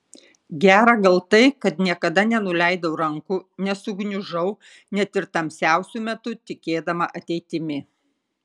gera gal tai kad niekada nenuleidau rankų nesugniužau net ir tamsiausiu metu tikėdama ateitimi